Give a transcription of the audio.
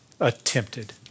attempted